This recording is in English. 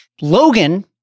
Logan